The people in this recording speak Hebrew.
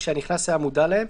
שהנכנס היה מודע להם,